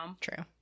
true